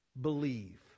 believe